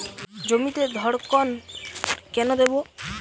জমিতে ধড়কন কেন দেবো?